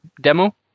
demo